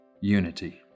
unity